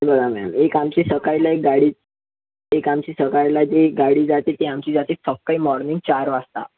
हे बघा मॅम एक आमची सकाळला एक गाडी एक आमची सकाळला जी गाडी जाते ती आमची जाते मॉर्निंग चार वाजता